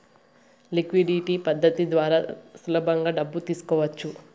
liquidity పద్ధతి ద్వారా సులభంగా డబ్బు తీసుకోవచ్చు